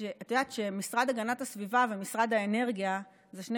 את יודעת שמשרד הגנת הסביבה ומשרד האנרגיה הם שני